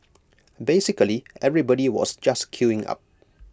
basically everybody was just queuing up